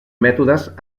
mètodes